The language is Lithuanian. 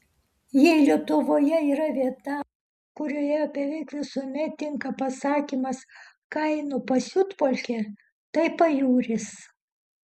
jei lietuvoje yra vieta kurioje beveik visuomet tinka pasakymas kainų pasiutpolkė tai pajūris